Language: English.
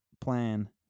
plan